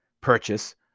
purchase